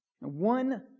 One